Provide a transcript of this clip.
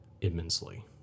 immensely